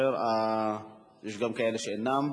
יש גם כאלה שאינם.